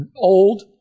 old